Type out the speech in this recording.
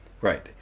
Right